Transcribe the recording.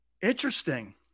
Interesting